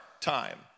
time